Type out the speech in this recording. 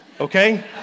Okay